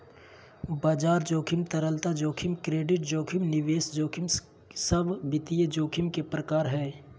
बाजार जोखिम, तरलता जोखिम, क्रेडिट जोखिम, निवेश जोखिम सब वित्तीय जोखिम के प्रकार हय